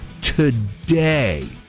today